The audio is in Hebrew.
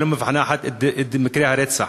שלא מפענחת את מקרי הרצח.